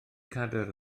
cadair